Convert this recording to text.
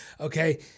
Okay